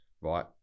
right